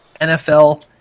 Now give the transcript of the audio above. NFL